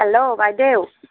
hello বাইদেউ